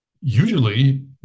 usually